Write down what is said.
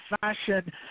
fashion